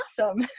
awesome